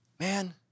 Man